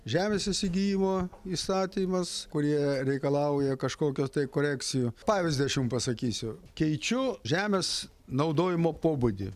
žemės įsigijimo įstatymas kurie reikalauja kažkokio tai korekcijų pavyzdį aš jums pasakysiu keičiu žemės naudojimo pobūdį